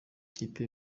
ikipe